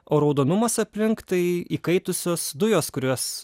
o raudonumas aplink tai įkaitusios dujos kurios